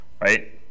right